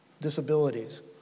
disabilities